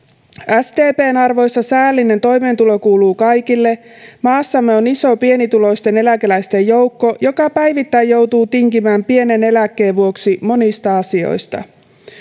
sdpn arvoissa säällinen toimeentulo kuuluu kaikille maassamme on iso pienituloisten eläkeläisten joukko joka päivittäin joutuu tinkimään pienen eläkkeen vuoksi monista asioista